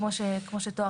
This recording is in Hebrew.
כמו שתואר כאן.